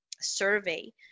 survey